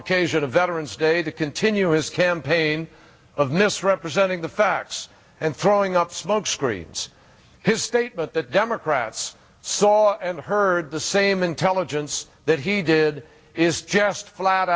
occasion of veterans day to continue his campaign of misrepresenting the facts and throwing up smokescreens his statement that democrats saw and heard the same intelligence that he did is just flat